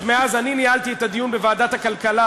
עוד מאז אני ניהלתי את הדיון בוועדת הכלכלה,